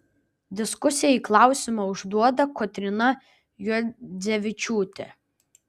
diskusijai klausimą užduoda kotryna juodzevičiūtė